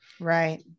Right